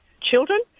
children